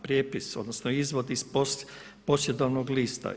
Prijepis, odnosno izvod iz posjedovnog lista?